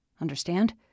Understand